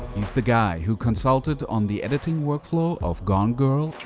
he's the guy who consulted on the editing workflow of gone girl.